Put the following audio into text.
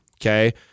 okay